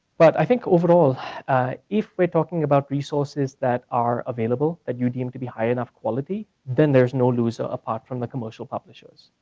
but i think overall if we're talking about resources that are available, that you deem to be high enough quality, then there's no loser apart from the commercial publishers.